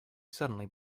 suddenly